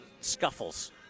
scuffles